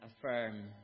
affirm